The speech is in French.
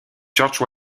george